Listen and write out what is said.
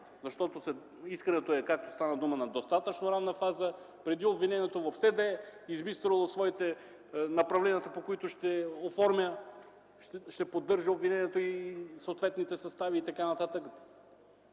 защото искането, както стана дума, е на достатъчно ранна фаза, преди обвинението въобще да е избистрило направленията, по които ще оформя и ще поддържа обвиненията и съответните състави, ще се